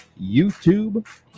youtube